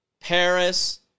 Paris